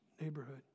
neighborhood